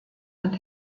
und